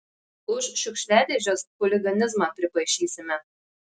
už šiukšliadėžes chuliganizmą pripaišysime